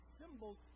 symbols